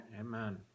Amen